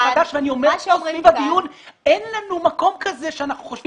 חדש ואני אומר בדיון שאין לנו מקום כזה שאנחנו חושבים